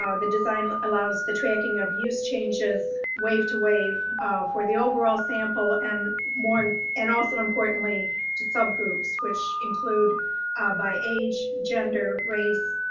um the design allows the tracking of use changes wave to wave for the overall sample and and also importantly to subgroups which include by age gender, race,